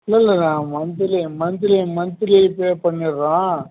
இல்லை இல்லை monthly monthly pay பண்ணிடுறோம்